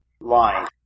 line